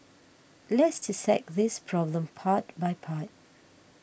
let's dissect this problem part by part